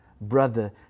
brother